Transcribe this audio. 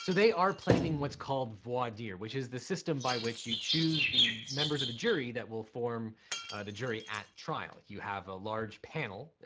so they are planning what's called voir dire, which is the system by which you choose the members of the jury that will form the jury at trial. you have a large panel.